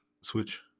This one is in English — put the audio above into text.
switch